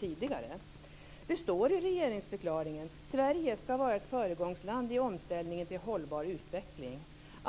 tidigare. Det står i regeringsförklaringen: "Sverige skall vara ett föregångsland i omställningen till en hållbar utveckling.